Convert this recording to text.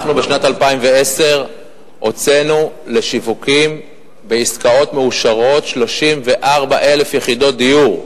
בשנת 2010 אנחנו הוצאנו לשיווקים בעסקאות מאושרות 34,000 יחידות דיור,